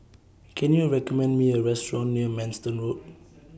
Can YOU recommend Me A Restaurant near Manston Road